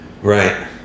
Right